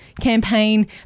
campaign